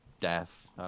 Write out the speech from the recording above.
death